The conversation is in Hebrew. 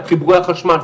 את חיבורי החשמל.